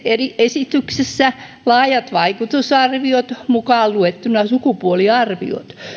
esityksessä on laajat vaikutusarviot mukaan luettuna sukupuoliarviot